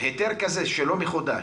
היתר כזה שלא מחודש,